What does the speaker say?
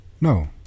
no